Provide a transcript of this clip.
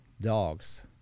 dogs